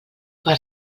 per